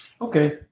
Okay